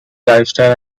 lifestyle